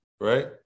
Right